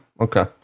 Okay